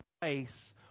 place